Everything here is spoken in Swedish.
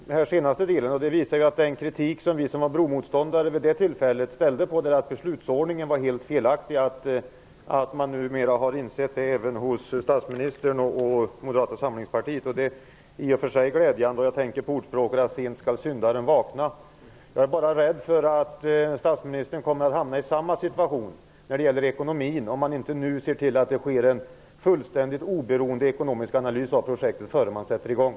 Herr talman! Jag tackar för detta. Det visar att den kritik var riktig som vi, som var bromotståndare vid det tillfället, riktade mot beslutsordningen. Den var helt felaktigt. Det är glädjande att även statsministern och Moderata samlingspartiet nu har insett detta. Jag tänker på ordspråket: Sent skall syndaren vakna. Jag är dock rädd för att statsministern kommer att hamna i samma situation när det gäller ekonomin, om han inte nu ser till att det sker en fullständigt oberoende ekonomisk analys av projektet innan man sätter i gång.